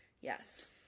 Yes